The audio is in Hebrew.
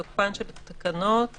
תוקפן של תקנות - (1)